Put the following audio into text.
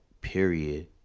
period